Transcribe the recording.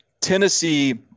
Tennessee